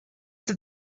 that